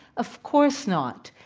of course not.